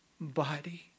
body